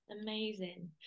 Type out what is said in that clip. Amazing